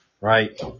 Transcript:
right